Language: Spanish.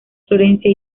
florencia